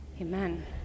amen